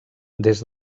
des